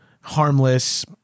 harmless